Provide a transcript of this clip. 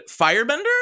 Firebender